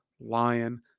Lion